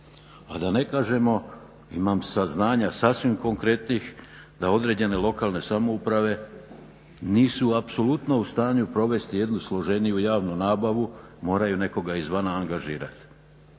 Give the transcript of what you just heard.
a da ne kažemo imam saznanja sasvim konkretnih da određene lokalne samouprave nisu apsolutno u stanju provesti jednu složeniju javnu nabavu, moraju nekoga iz vana angažirati,